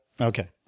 Okay